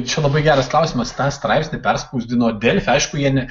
čia labai geras klausimas tą straipsnį perspausdino delfi aišku jie ne